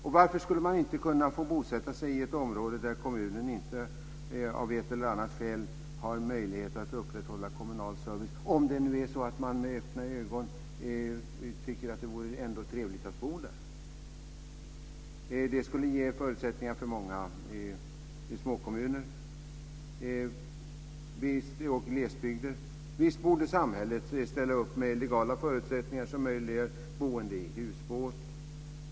Och varför skulle man inte kunna få bosätta sig i ett område där kommunen av ett eller annat skäl inte har möjlighet att upprätthålla kommunal service - om det nu är så att man med öppna ögon tycker att det ändå vore trevligt att bo där? Det skulle ge förutsättningar för många små kommuner i glesbygden. Visst borde samhället ställa upp med legala förutsättningar som möjliggör boende i husbåt.